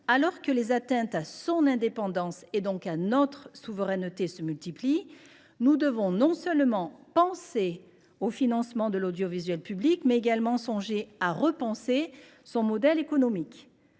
multiplient les atteintes à son indépendance, donc à notre souveraineté, nous devons non seulement penser au financement de l’audiovisuel public, mais également songer à réviser son modèle économique.